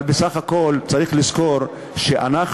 אבל בסך הכול צריך לזכור שאנחנו,